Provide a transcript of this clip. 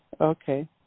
Okay